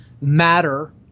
matter